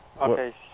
Okay